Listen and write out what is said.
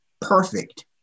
perfect